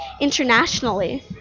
internationally